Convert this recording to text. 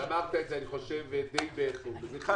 אמרת את זה די בבירור כולם אשמים אבל